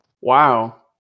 Wow